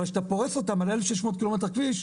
אבל שאתה פורס אותן על אלף שש מאות קילומטר כביש,